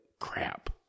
crap